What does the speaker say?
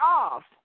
off